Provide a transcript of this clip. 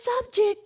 subject